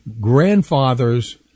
grandfathers